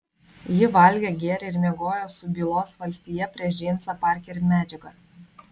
ji valgė gėrė ir miegojo su bylos valstija prieš džeimsą parkerį medžiaga